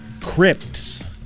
Crypts